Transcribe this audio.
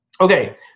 Okay